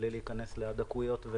בלי להיכנס לדקויות.